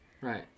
Right